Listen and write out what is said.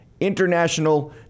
international